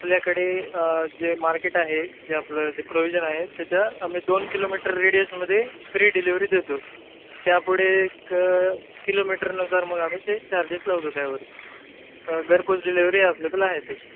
आपल्याकडे जे मार्केट आहे जे आपलं जे प्रोविजन आहे त्याच्या आम्ही दोन किलोमीटर रेडियसमध्ये फ्री डिलेवरी देतो त्यापुढे एक किलोमीटरनुसार मग आम्ही ते चार्जेस लावतो त्यावरती घरपोच डिलेवरी ॲवेलेबल आहे त्याची